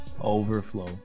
Overflow